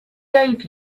gave